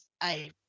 I-